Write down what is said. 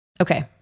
okay